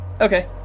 Okay